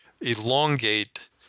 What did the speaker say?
elongate